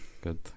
Good